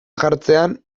jartzean